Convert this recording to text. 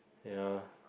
ya